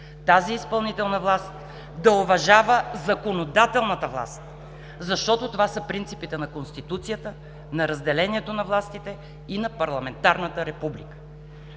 тази изпълнителна власт да уважава законодателната власт, защото това са принципите на Конституцията, на разделението на властите и на парламентарната република.